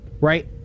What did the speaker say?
right